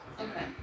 Okay